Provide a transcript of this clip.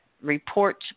reports